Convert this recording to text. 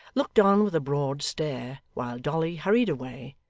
looked on with a broad stare while dolly hurried away,